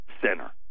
Center